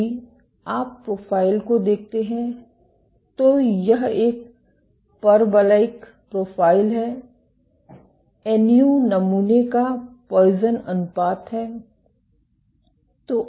यदि आप प्रोफ़ाइल को देखते हैं तो यह एक परवलयिक प्रोफ़ाइल है एन यू नमूने का पॉइसन अनुपात है